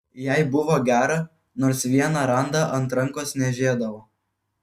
jai buvo gera nors vieną randą ant rankos niežėdavo